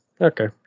Okay